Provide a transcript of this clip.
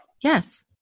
Yes